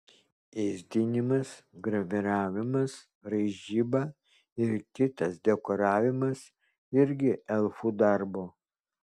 ėsdinimas graviravimas raižyba ir kitas dekoravimas irgi elfų darbo